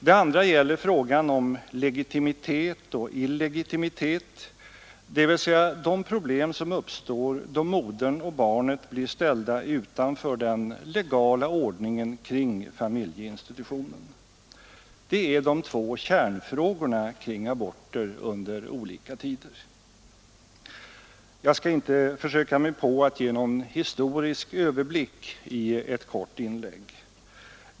Det andra gäller frågan om legitimitet och illegitimitet, dvs. de problem som uppstår då modern och barnet blir ställda utanför den legala ordningen kring familjeinstitutionen. Det är de två kärnfrågorna kring aborter under olika tider. Jag skall inte försöka mig på att ge någon historisk överblick i ett kort inlägg.